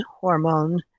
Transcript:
hormone